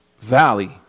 valley